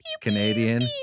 Canadian